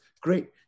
Great